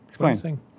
Explain